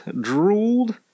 drooled